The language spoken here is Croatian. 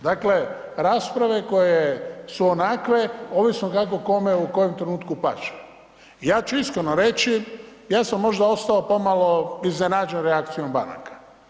Dakle, rasprave koje su onakve ovisno kako kome u kojem trenutku paše i ja ću iskreno reći, ja sam možda ostao pomalo iznenađen reakcijom banaka.